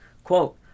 Quote